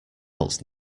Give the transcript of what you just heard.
else